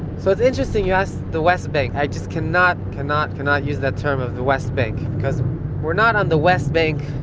so it's interesting you ask about the west bank. i just cannot, cannot, cannot use that term of the west bank, because we're not on the west bank.